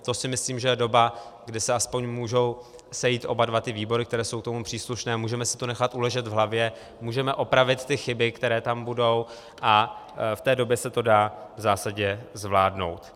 To si myslím, že je doba, kdy se aspoň mohou sejít oba dva výbory, které jsou tomu příslušné, a můžeme si to nechat uležet v hlavě, můžeme opravit ty chyby, které tam budou, a v té době se to dá v zásadě zvládnout.